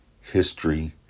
history